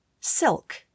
Silk